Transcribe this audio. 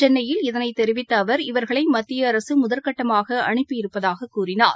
சென்னையில் இதனை தெரிவித்த அவர் இவர்களை மத்திய அரசு முதற்கட்டமாக அனுப்பியிருப்பதாக கூறினார்